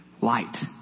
light